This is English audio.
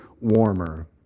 warmer